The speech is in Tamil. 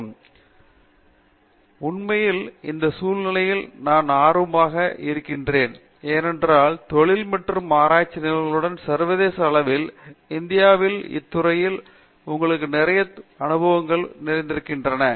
பேராசிரியர் பிரதாப் ஹரிதாஸ் உண்மையில் அந்த சூழ்நிலையில் நான் ஆர்வமாக இருந்தேன் ஏனென்றால் தொழில் மற்றும் ஆராய்ச்சி நிறுவனங்களுடன் சர்வதேச அளவில் இந்தியாவிலும் இத்துறையில் உங்களுக்கு நிறைய அனுபவங்களை நீங்கள் அறிந்திருக்கிறீர்கள்